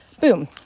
boom